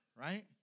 right